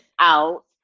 out